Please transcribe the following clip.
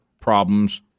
problems